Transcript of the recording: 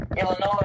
Illinois